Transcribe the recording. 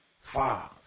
five